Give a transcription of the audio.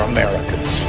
Americans